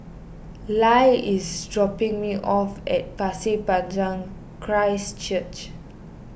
Lyle is dropping me off at Pasir Panjang Christ Church